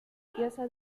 piazza